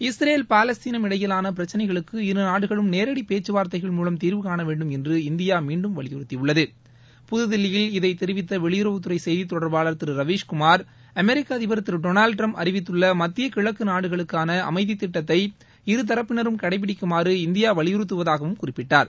Israel பாலஸ்தீனம் இடையிலான பிரச்சனைகளுக்கு இருநாடுகளும் நேரடி பேச்சுவார்த்தைகள் மூலம் தீர்வுகாண வேண்டும் என்று இந்தியா மீண்டும் வலியுறுத்தியுள்ளது புதுதில்லியில் இதைத் தெரிவித்த வெளியுறவுத்துறை செய்தித் தொடர்பாளர் திரு ரவீஷ்குமார் அமெரிக்க அதிபர் திரு டொனால்டு டிரம்ப் அறிவித்துள்ள மத்திய கிழக்கு நாடுகளுக்கான அமைதி திட்டத்தை இருதரப்பினரும் கடைபிடிக்குமாறு இந்தியா வலியுறத்துவதாகவும் குறிப்பிட்டார்